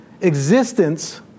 existence